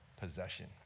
possession